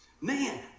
Man